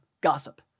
gossip